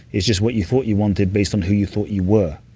it's just what you thought you wanted based on who you thought you were,